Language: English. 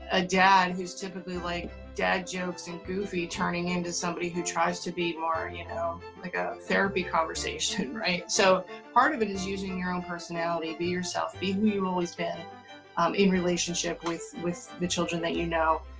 a dad who's typically like dad jokes and goofy turning into somebody who tries to be more you know like a therapy conversation. right? so part of it is using your own personality be yourself being who you've always been um in relationship with with the children that you know.